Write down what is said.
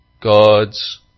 God's